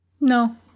No